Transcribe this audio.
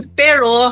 pero